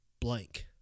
blank